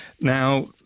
now